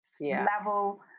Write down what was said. level